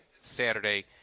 Saturday